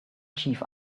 chief